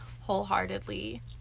wholeheartedly